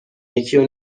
یکیو